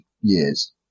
years